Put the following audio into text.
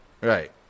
Right